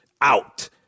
out